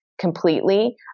completely